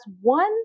one